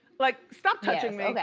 like stop touching me.